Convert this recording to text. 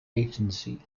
agency